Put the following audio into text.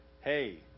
Hey